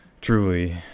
truly